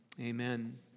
amen